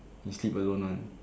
he sleep alone one